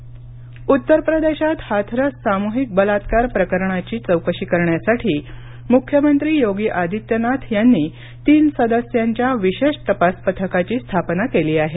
हाथरस चौकशी उत्तर प्रदेशात हाथरस सामुहिक बलात्कार प्रकरणाची चौकशी करण्यासाठी मुख्यमंत्री योगी आदित्यनाथ यांनी तीन सदस्यांच्या विशेष तपास पथकाची स्थापना केली आहे